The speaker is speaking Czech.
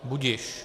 Budiž.